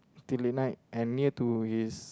till late night and near to his